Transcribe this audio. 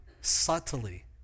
subtly